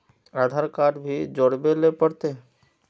आधार card भी जोरबे ले पड़ते?